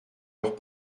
leurs